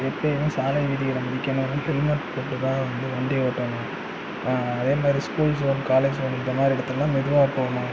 எப்பயும் சாலை விதிகளை மதிக்கணும் ஹெல்மெட் போட்டுதான் வந்து வண்டியை ஓட்டணும் அதேமாதிரி ஸ்கூல்ஸ் காலேஜ் இந்தமாதிரி இடத்துலலாம் மெதுவாக போகணும்